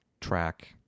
track